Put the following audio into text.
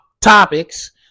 topics